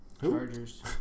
Chargers